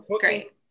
great